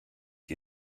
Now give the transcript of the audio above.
die